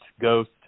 Ghost